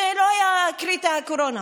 זה לא היה קריטי, הקורונה.